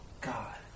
God